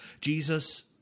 Jesus